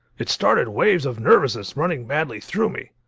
it started waves of nervousness running madly through me.